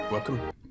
Welcome